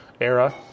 era